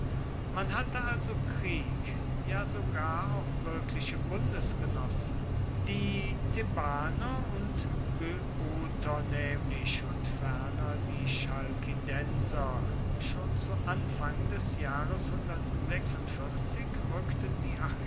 man hatte also krieg ja sogar auch wirkliche bundesgenossen die thebaner und böoter nämlich und ferner die chalkidenser schon zu anfang des jahres rückten die